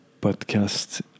podcast